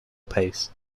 pace